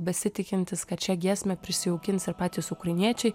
besitikintis kad šią giesmę prisijaukins ir patys ukrainiečiai